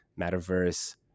metaverse